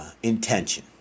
Intention